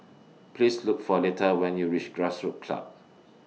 Please Look For Lethia when YOU REACH Grassroots Club